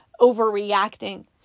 overreacting